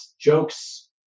jokes